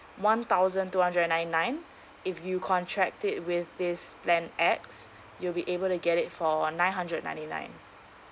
one thousand two hundred and nine nine if you contract it with this plan X you'll be able to get it for nine hundred ninety nine